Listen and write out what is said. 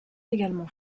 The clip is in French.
également